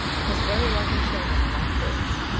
his very wife and children are not his.